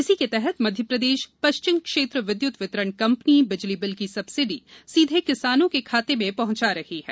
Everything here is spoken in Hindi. इसी के तहत मध्यप्रदेष पष्चिम क्षेत्र विद्युत वितरण कंपनी बिजली बिल की सब्सिडी सीधे किसानों के खाते में पहंचा रही है